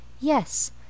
Yes